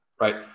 Right